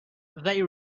they